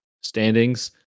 standings